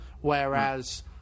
whereas